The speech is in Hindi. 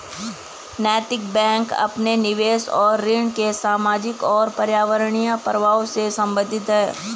नैतिक बैंक अपने निवेश और ऋण के सामाजिक और पर्यावरणीय प्रभावों से संबंधित है